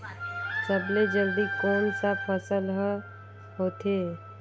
सबले जल्दी कोन सा फसल ह होथे?